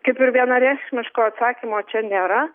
kaip ir vienareikšmiško atsakymo čia nėra